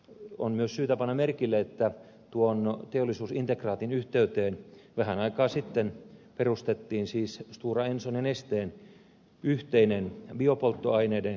on myös syytä panna merkille että tuon teollisuusintegraatin yhteyteen vähän aikaa sitten perustettiin siis stora enson ja nesteen yhteinen biopolttoaineiden koelaitos